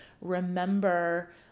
remember